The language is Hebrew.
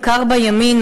בעיקר בימין,